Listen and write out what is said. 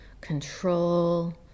control